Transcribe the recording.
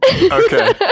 Okay